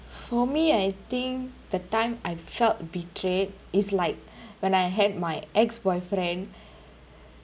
for me I think the time I felt betrayed is like when I had my ex-boyfriend